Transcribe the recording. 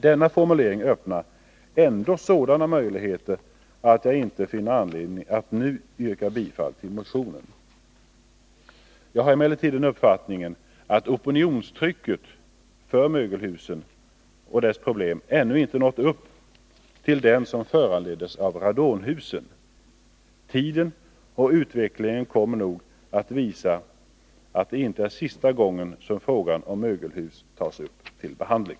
Denna formulering öppnar ändå sådana möjligheter att jag inte finner anledning att nu yrka bifall till motionen. Jag har emellertid den uppfattningen att opinionstrycket för en lösning av problemen med mögelhusen ännu inte nått upp till det som föranleddes av radonhusen. Tiden och utvecklingen kommer nog att visa att detta inte är sista gången som frågan om mögelhus tas upp till behandling.